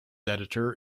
editor